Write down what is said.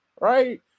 right